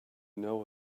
know